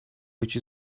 which